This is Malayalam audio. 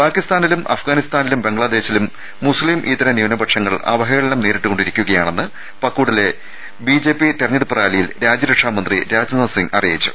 പാകിസ്താനിലും അഫ്ഗാനിസ്ഥാനിലും ബംഗ്ലാദേ ശിലും മുസ്ലിം ഇതര ന്യൂനപക്ഷങ്ങൾ അവഹേളനം നേരിട്ടുകൊണ്ടിരി ക്കുകയാണെന്ന് പക്കൂഡിലെ തിരഞ്ഞെടുപ്പ് റാലിയിൽ രാജ്യരക്ഷാമന്ത്രി രാജ്നാഥ്സിങ് അറിയിച്ചു